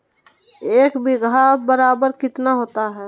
एक बीघा बराबर कितना होता है?